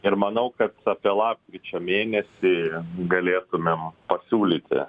ir manau kad apie lapkričio mėnesį galėtumėm pasiūlyti